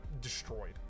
destroyed